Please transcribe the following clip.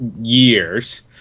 years